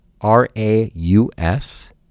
R-A-U-S